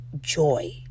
joy